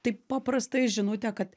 taip paprastai žinutę kad